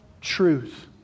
truth